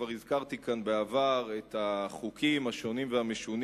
כבר הזכרתי כאן בעבר את החוקים השונים והמשונים